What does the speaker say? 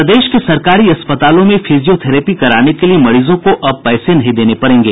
प्रदेश के सरकारी अस्पतालों में फिजियोथेरेपी कराने के लिए मरीजों को अब पैसे नहीं देने होंगे